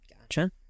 Gotcha